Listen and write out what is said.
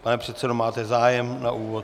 Pane předsedo, máte zájem na úvod?